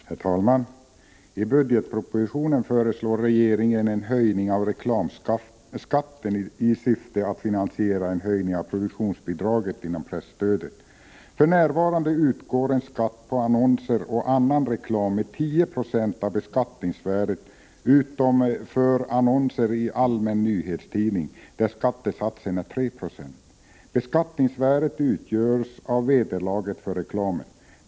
Herr talman! I budgetpropositionen föreslår regeringen en höjning av reklamskatten i syfte att finansiera en höjning av produktionsbidraget inom presstödet. För närvarande utgår en skatt på annonser och annan reklam med 10 96 av beskattningsvärdet utom för annonser i allmän nyhetstidning, där skattesatsen är 3 Zo. Beskattningsvärdet utgörs av vederlaget för reklamen.